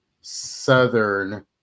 Southern